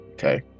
Okay